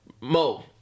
Mo